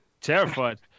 terrified